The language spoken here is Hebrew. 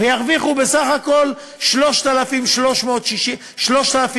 וירוויחו בסך הכול 3,600 שקל,